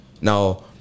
Now